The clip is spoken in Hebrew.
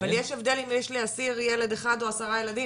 אבל יש הבל אם יש לאסיר ילד אחד או 10 ילדים.